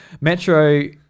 Metro